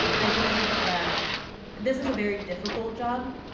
um i believe that this is a very difficult job.